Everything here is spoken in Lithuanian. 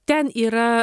ten yra